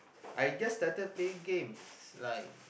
I just started playing games like